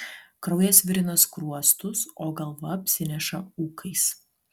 kraujas virina skruostus o galva apsineša ūkais